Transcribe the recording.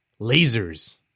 lasers